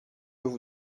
vous